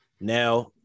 Now